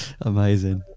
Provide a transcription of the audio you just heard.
Amazing